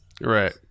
Right